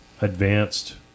advanced